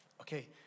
okay